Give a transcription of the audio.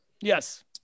Yes